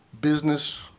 business